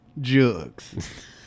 Jugs